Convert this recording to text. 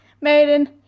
maiden